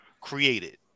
Created